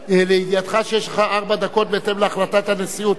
לידיעתך, יש לך ארבע דקות בהתאם להחלטת הנשיאות.